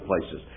places